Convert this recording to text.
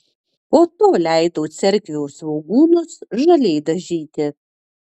po to leidau cerkvių svogūnus žaliai dažyti